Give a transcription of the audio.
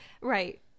Right